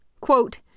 quote